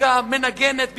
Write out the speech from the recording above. מנגנת כרצונה.